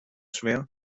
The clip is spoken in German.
schwer